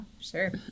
sure